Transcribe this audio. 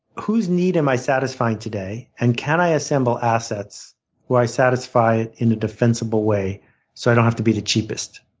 whose need am i satisfying today and can i assemble assets who i satisfy in a defensible way so i don't have to be the cheapest.